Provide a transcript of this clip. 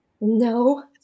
No